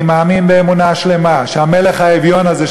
אני מאמין באמונה שלמה שהמלך האביון הזה,